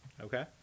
Okay